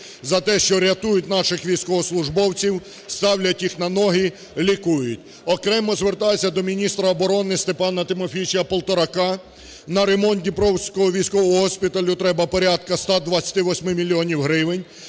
за те, що рятують наших військовослужбовців, ставлять їх на ноги, лікують. Окремо звертаюся до міністра оборони Степана Тимофійовича Полторака. На ремонт Дніпровського військового госпіталю треба порядка 128 мільйонів гривень.